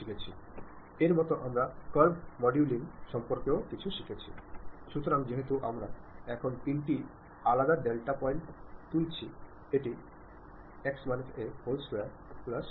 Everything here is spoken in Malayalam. ഇവിടെ പരമപ്രധാനമായ ഒരു കാര്യം നമ്മൾ ഫലപ്രദമായി ആശയവിനിമയം നടത്താൻ തയ്യാറാകുമ്പോൾ ഒരു എഴുത്തുകാരൻ ഉദ്ധരിക്കുന്ന 7 സി 7Cs കളെ കൂടി കണക്കിലെടുക്കേണ്ടതുണ്ട്